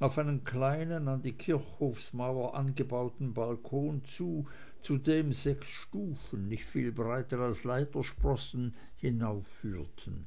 auf einen kleinen an die kirchhofsmauer angebauten balkon zu zu dem sechs stufen nicht viel breiter als leitersprossen hinaufführten